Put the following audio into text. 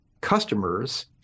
customers